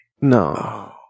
No